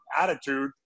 attitude